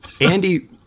andy